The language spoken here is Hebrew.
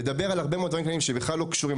לדבר על הרבה מאוד דברים שבכלל לא קשורים,